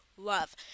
love